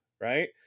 Right